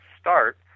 start